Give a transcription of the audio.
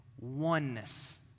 Oneness